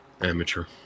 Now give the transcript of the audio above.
Amateur